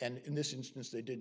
and in this instance they didn't